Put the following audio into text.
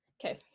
Okay